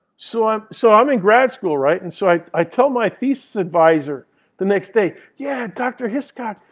so i'm so i'm in grad school, right? and so i i tell my thesis adviser the next day, yeah, dr. hiscock,